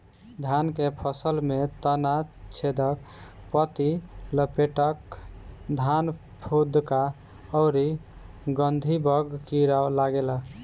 धान के फसल में तना छेदक, पत्ति लपेटक, धान फुदका अउरी गंधीबग कीड़ा लागेला